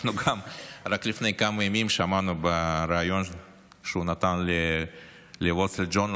רק לפני כמה ימים שמענו בראיון שהוא נתן ל-Wall Street Journal,